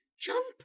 jump